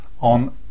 on